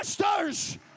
masters